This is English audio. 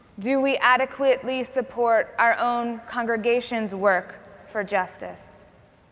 do we adequately support our own congregation's work for justice?